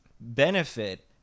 benefit